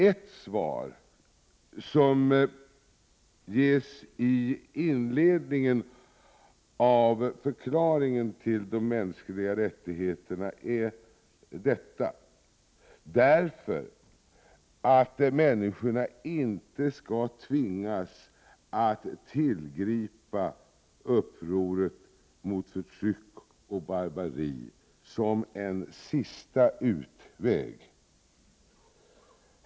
Ett svar som ges i inledningen av förklaringen till de mänskliga rättigheterna är detta: Därför att människorna inte skall tvingas att tillgripa uppror mot förtryck och barbari som en sista utväg.